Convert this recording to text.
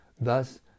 Thus